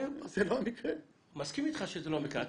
אני מסכים אתך שזה לא המקרה,